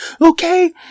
Okay